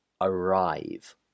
arrive